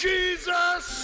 Jesus